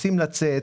רוצים לצאת,